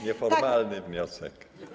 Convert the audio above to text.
Nieformalny wniosek.